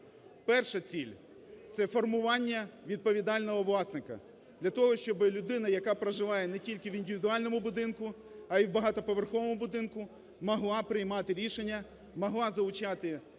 Перша ціль – це формування відповідального власника. Для того, щоби людина, яка проживає не тільки в індивідуальному будинку, а і в багатоповерховому будинку, могла приймати рішення, могла залучати фінансову